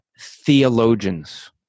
theologians